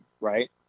right